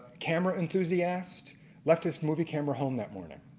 camera enthusiast left his movie camera home that morning.